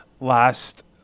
last